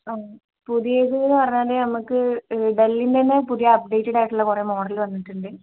ആ പുതിയത് എന്ന് പറഞ്ഞാൽ നമുക്ക് ഡെല്ലിൻ്റെ തന്നെ പുതിയ അപ്ഡേറ്റഡ് ആയിട്ടുള്ള മോഡൽ വന്നിട്ടുണ്ട്